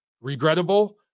regrettable